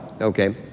okay